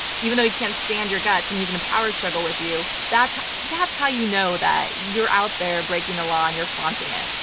even though he can't stand your guts and he's in a power struggle with you, that's that's how you know that you're out there breaking a law and you're flaunting it.